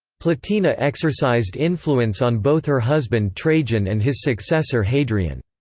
plotina exercised influence on both her husband trajan and his successor hadrian.